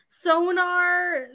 sonar